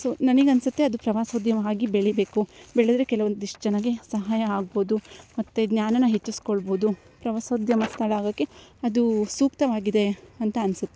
so ನನಗೆ ಅನ್ಸುತ್ತೆ ಅದು ಪ್ರವಾಸ್ಯೋದ್ಯಮ ಆಗಿ ಬೆಳೀಬೇಕು ಬೆಳೆದ್ರೆ ಕೆಲವೊಂದು ಇಷ್ಟು ಜನಕ್ಕೆ ಸಹಾಯ ಆಗ್ಬೌದು ಮತ್ತು ಜ್ಞಾನನ ಹೆಚ್ಚಿಸಿಕೊಳ್ಬೌದು ಪ್ರವಾಸೋದ್ಯಮ ಸ್ಥಳ ಆಗೋಕ್ಕೆ ಅದು ಸೂಕ್ತವಾಗಿದೆ ಅಂತ ಅನ್ಸುತ್ತೆ